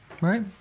right